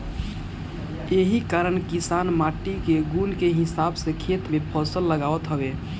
एही कारण किसान माटी के गुण के हिसाब से खेत में फसल लगावत हवे